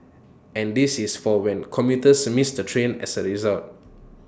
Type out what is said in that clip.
and this is for when commuters miss the train as A result